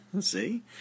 See